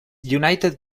united